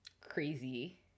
crazy